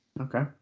Okay